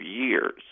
years